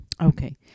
Okay